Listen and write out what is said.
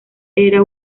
era